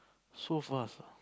so fast lah